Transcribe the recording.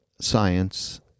science